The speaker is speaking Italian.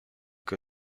che